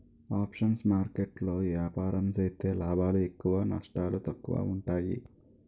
options market లో ఏపారం సేత్తే లాభాలు ఎక్కువ నష్టాలు తక్కువ ఉంటాయి